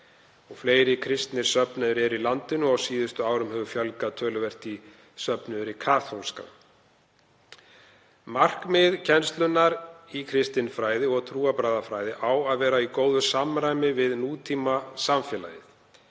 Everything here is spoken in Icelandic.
Fleiri kristnir söfnuðir eru í landinu og á síðustu árum hefur fjölgað töluvert í söfnuði kaþólskra. Markmið kennslunnar í kristinfræði og trúarbragðafræði á að vera í góðu samræmi við nútímasamfélagið.